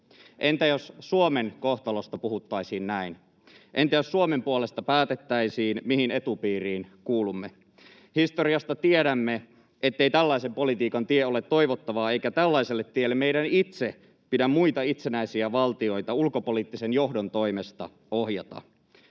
Entä jos Suomen kohtalosta puhuttaisiin näin? Entä jos Suomen puolesta päätettäisiin, mihin etupiiriin kuulumme? Historiasta tiedämme, ettei tällaisen politiikan tie ole toivottavaa eikä tällaiselle tielle meidän itse pidä muita itsenäisiä valtioita ulkopoliittisen johdon toimesta ohjata.